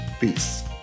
Peace